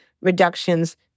reductions